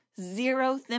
zero